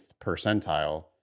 percentile